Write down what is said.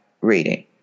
reading